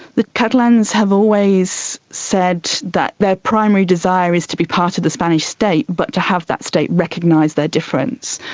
the catalans have always said that their primary desire is to be part of the spanish state but to have that state recognise their difference.